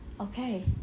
okay